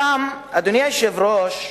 אדוני היושב-ראש,